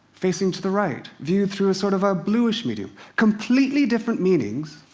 facing to the right, viewed through sort of a bluish medium. completely different meanings,